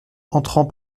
entrant